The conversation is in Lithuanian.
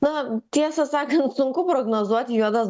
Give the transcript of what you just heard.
na tiesą sakant sunku prognozuoti juodas